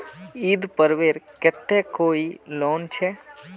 ईद पर्वेर केते कोई लोन छे?